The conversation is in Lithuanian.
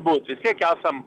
būti vis tiek esam